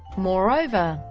moreover,